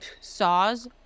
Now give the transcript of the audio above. saws